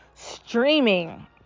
streaming